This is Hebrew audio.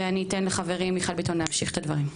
ואני אתן לחברים מיכאל ביטון להמשיך את הדברים.